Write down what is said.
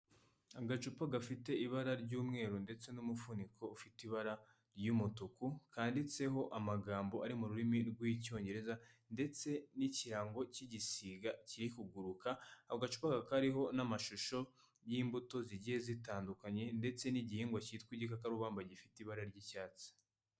Agacupa gafite ibara ry'umweru ndetse n'umufuniko ufite ibara ry'umutuku, kanditseho amagambo ari mu rurimi rw'icyongereza ndetse n'ikirango cy'igisiga kiri kuguruka, ako agacupa kakaba kariho n'amashusho y'imbuto zigiye zitandukanye, ndetse n'igihingwa cyitwa igikakarubamba gifite ibara ry'icyatsi.